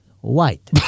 White